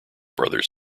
brothers